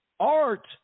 Art